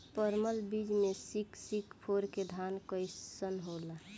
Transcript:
परमल बीज मे सिक्स सिक्स फोर के धान कईसन होला?